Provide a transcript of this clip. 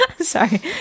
Sorry